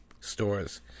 stores